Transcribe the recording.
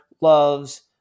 loves